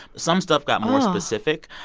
some stuff got more specific.